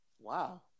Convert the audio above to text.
wow